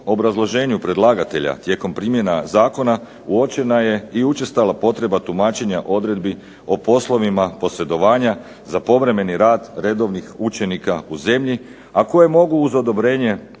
obrazloženju predlagatelja tijekom primjene zakona uočena je učestala potreba tumačenja odredbi o posredovanja, za povremeni rad redovnih učenika u zemlji a koje mogu uz odobrenje